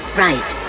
right